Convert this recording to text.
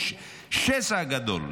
יש שסע גדול.